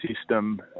system